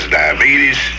diabetes